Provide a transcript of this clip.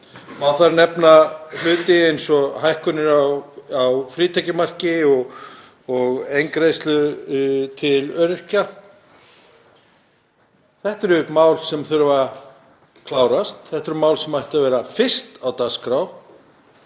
Má þar nefna hækkun á frítekjumarki og eingreiðslu til öryrkja. Þetta eru mál sem þurfa að klárast, þetta eru mál sem ættu að vera fyrst á dagskrá.